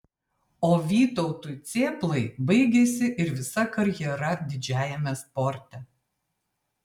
o vytautui cėplai baigėsi ir visa karjera didžiajame sporte